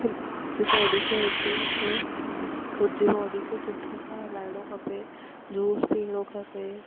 मुंहिंजी बॉडी खे हुते ई रखिणो ख़ुदि जी बॉडी खे सुठे खां हलाइणो खपे जूस पीअणो खपे